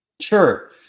Sure